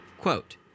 Quote